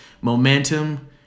momentum